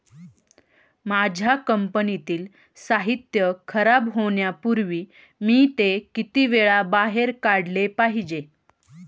माझ्या कंपनीतील साहित्य खराब होण्यापूर्वी मी ते किती वेळा बाहेर काढले पाहिजे?